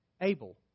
Abel